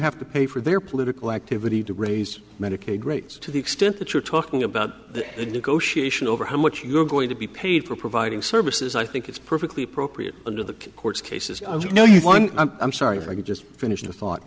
have to pay for their political activity to raise medicaid rates to the extent that you're talking about it negotiation over how much you're going to be paid for providing services i think it's perfectly appropriate under the court's cases i know you want i'm sorry if i could just finish the thought